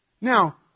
Now